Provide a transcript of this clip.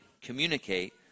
communicate